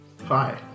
Hi